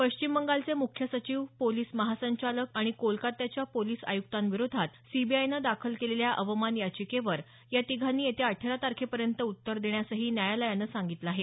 पश्चिम बंगालचे मुख्य सचिव पोलिस महासंचालक आणि कोलकात्याच्या पोलिस आयक्तांविरोधात सीबीआयनं दाखल केलेल्या अवमान याचिकेवर या तिघांनी येत्या अठरा तारखेपर्यंत उत्तर देण्यासंही न्यायालयानं सांगितलं आहे